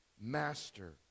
master